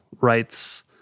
rights